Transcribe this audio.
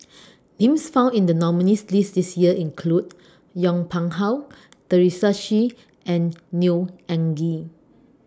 Names found in The nominees' list This Year include Yong Pung How Teresa Hsu and Neo Anngee